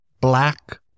black